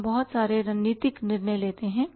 हम बहुत सारे रणनीतिक निर्णय लेते हैं